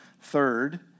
third